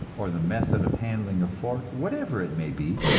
or the method of handling a fork whatever it may be,